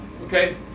okay